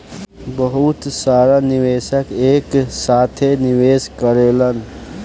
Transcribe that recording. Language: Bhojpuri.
बहुत सारा निवेशक एक साथे निवेश करेलन